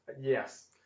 Yes